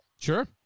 Sure